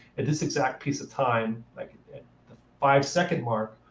at this exact piece of time, like at the five-second mark,